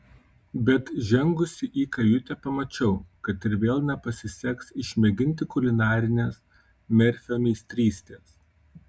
bet žengusi į kajutę pamačiau kad ir vėl nepasiseks išmėginti kulinarinės merfio meistrystės